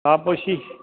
हा पोइ शी